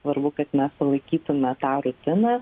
svarbu kad mes palaikytume tą rutiną